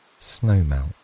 Snowmelt